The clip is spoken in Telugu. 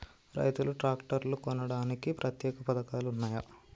రైతులు ట్రాక్టర్లు కొనడానికి ప్రత్యేక పథకాలు ఉన్నయా?